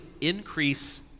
increase